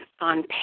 on